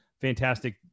Fantastic